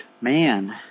man